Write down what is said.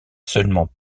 seulement